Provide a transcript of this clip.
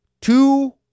two